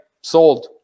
sold